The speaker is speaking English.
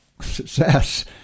success